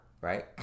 right